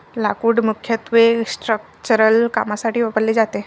लाकूड मुख्यत्वे स्ट्रक्चरल कामांसाठी वापरले जाते